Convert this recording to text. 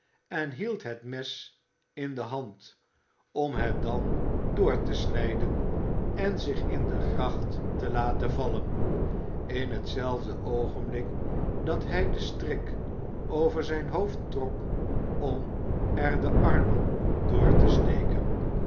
en hield het mes in de hand om het dan door te snijden en zich in de gracht te laten vallen in hetzelfde oogenblik dat hij den strik over zijn hoofd trok om er de armen door te steken